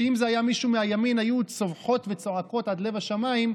שאם זה היה מישהו מהימין היו צווחות וצועקות עד לב השמים,